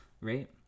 right